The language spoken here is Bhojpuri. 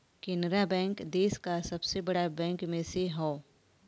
केनरा बैंक देस का सबसे बड़ा बैंक में से हौ